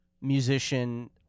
musician